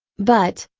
but,